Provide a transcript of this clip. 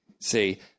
see